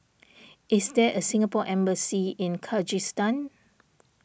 is there a Singapore Embassy in Kyrgyzstan